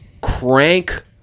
crank